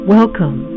Welcome